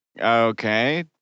Okay